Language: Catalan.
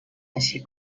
així